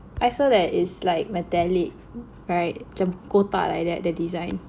I saw like it's like metallic right macam kotak like that the design